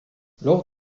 lors